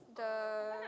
the